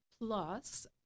Plus